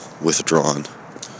withdrawn